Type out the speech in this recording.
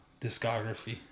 discography